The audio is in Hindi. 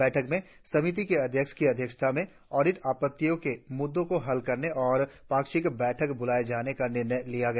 बैठक में समिति के अध्यक्ष की अध्यक्षता में ऑडिट आप्पतियों के मुद्दों को हल करने और पाक्षिक बैठक बुलाए जाने का निर्णय लिया गया